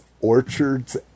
Orchard's